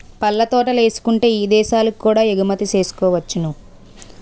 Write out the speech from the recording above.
పళ్ళ తోటలేసుకుంటే ఇదేశాలకు కూడా ఎగుమతి సేసుకోవచ్చును